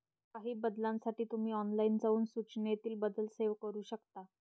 काही बदलांसाठी तुम्ही ऑनलाइन जाऊन सूचनेतील बदल सेव्ह करू शकता